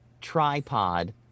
tripod